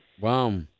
Wow